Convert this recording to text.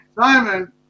Simon